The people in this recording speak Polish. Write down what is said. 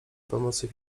pomocy